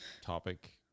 topic